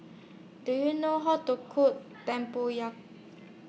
Do YOU know How to Cook Tempoyak